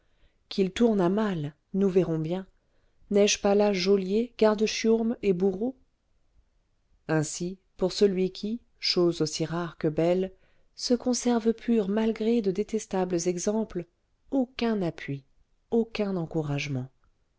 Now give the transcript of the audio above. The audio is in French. qu'il tourne à mal nous verrons bien n'ai-je pas là geôliers gardes chiourme et bourreaux ainsi pour celui qui chose aussi rare que belle se conserve pur malgré de détestables exemples aucun appui aucun encouragement